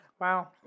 Wow